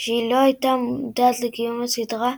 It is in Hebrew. שהיא לא הייתה מודעת לקיום הסדרה,